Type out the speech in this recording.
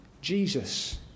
Jesus